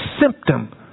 symptom